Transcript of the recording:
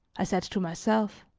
i said to myself.